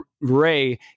Ray